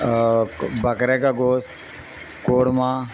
بکرا کا گوشت کورمہ